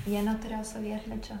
jie neturėjo sovietmečio